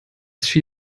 she